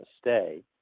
stay